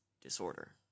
disorder